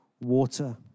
water